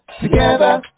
together